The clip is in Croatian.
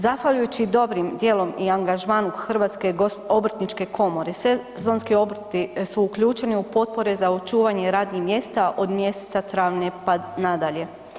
Zahvaljujući i dobrim dijelom i angažmanu Hrvatske obrtničke komore sezonski obrti su uključeni u potpore za očuvanje radnih mjesta od mjeseca travnja, pa nadalje.